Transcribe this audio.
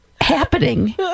happening